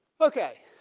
ok